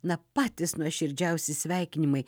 na patys nuoširdžiausi sveikinimai